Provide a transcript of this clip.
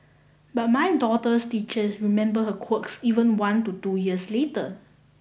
but my daughter's teachers remember her quirks even one to two years later